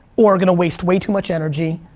or are gonna waste way too much energy,